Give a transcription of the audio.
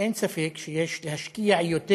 אין ספק שיש להשקיע יותר